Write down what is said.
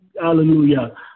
Hallelujah